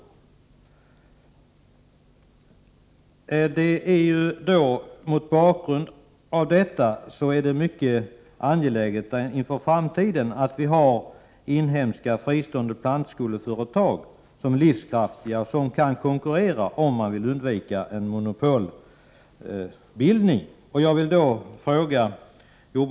Enligt uppgifter som kommit mig till del har såväl domänverket som skogsstyrelsen underlåtit att skicka ut ett av fristående plantskoleföretag begärt förfrågningsunderlag med hänvisning till att egen plantskoleproduktion huvudsakligen skall täcka det egna behovet.